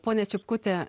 ponia čipkute